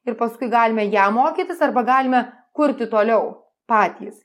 ir paskui galime ją mokytis arba galime kurti toliau patys